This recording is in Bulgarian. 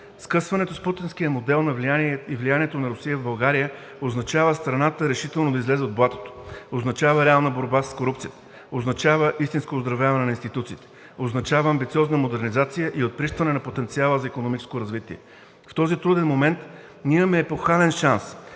Скъсването с путинския модел на влияние и влиянието на Русия в България означава страната решително да излезе от блатото, означава реална борба с корупцията, означава истинско оздравяване на институциите, означава амбициозна модернизация и отприщване на потенциала за икономическо развитие. В този труден момент ние имаме епохален шанс